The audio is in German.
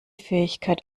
fähigkeit